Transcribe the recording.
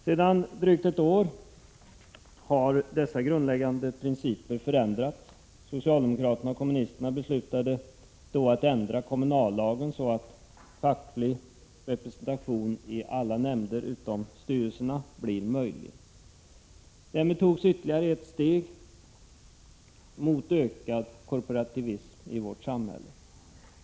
Sedan drygt ett år har dessa grundläggande principer förändrats. Socialdemokraterna och kommunisterna beslutade då att ändra kommunallagen så att facklig representation i alla nämnder utom styrelserna blir möjlig. Därmed togs ytterligare ett steg mot ökad korporativism i vårt samhälle.